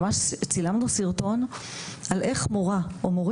ממש צילמנו סרטון על איך מורה או מורה